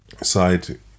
side